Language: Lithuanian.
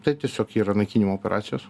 tai tiesiog yra naikinimo operacijos